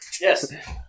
Yes